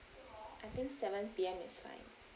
I think seven P_M is fine